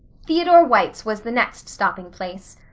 theodore white's was the next stopping place.